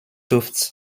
tufts